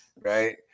right